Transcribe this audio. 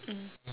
mm